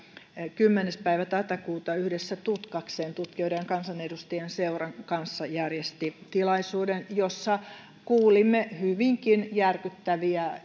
kymmenes tätä kuuta yhdessä tutkaksen tutkijoiden ja kansanedustajien seuran kanssa järjesti tilaisuuden jossa kuulimme hyvinkin järkyttäviä